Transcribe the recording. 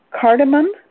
cardamom